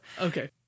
Okay